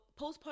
postpartum